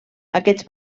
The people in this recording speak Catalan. aquests